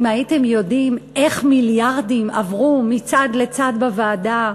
אם הייתם יודעים איך מיליארדים עברו מצד לצד בוועדה,